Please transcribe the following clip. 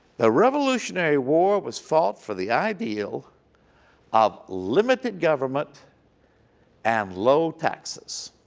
the revolutionary war was fought for the ideal of limited government and low taxes.